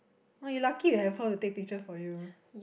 oh you lucky you have pro to take picture for you